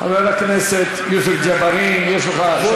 חבר הכנסת חיים ילין, בבקשה.